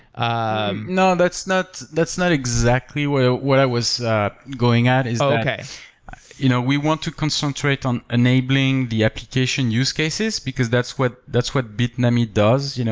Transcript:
ah no. that's not that's not exactly what what i was going at is that you know we want to concentrate on enabling the application use cases because that's what that's what bitnami does. you know